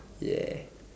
ya